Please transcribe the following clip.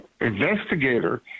investigator